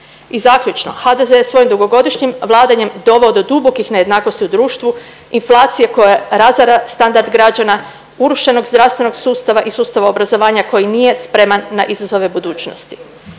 I zaključno, HDZ je svojim dugogodišnjim vladanjem doveo do dubokih nejednakosti u društvu, inflacije koja razara standard građana, urušenog zdravstvenog sustava i sustava obrazovanja koji nije spreman na izazove budućnosti.